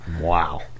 Wow